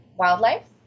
Wildlife